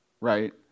right